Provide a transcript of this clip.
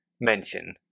mention